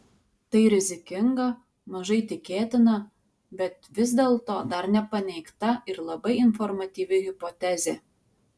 tai rizikinga mažai tikėtina bet vis dėlto dar nepaneigta ir labai informatyvi hipotezė